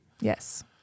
Yes